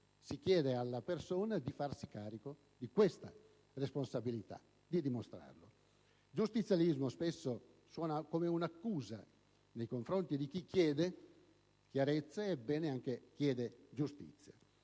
si chiede alla persona di farsi carico della responsabilità di dimostrarlo. Giustizialismo spesso suona come un'accusa nei confronti di chi chiede chiarezza e giustizia.